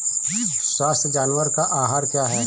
स्वस्थ जानवर का आहार क्या है?